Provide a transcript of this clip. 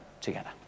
together